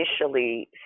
initially